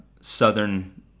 southern